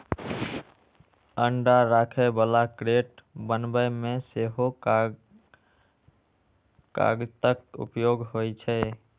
अंडा राखै बला क्रेट बनबै मे सेहो कागतक उपयोग होइ छै